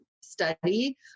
study